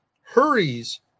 hurries